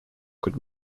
could